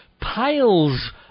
piles